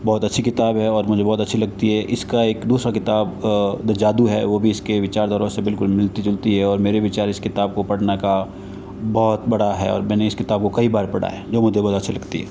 बहुत अच्छी किताब है और मुझे बहुत अच्छी लगती है इसका एक दूसरा किताब द जादू है वो भी इसके विचारधारा से बिल्कुल मिलती जुलती है और मेरे विचार इस किताब को पढ़ने का बहुत बड़ा है और मैंने इस किताब को कई बार पढ़ा है ये मुझे बहुत अच्छी लगती है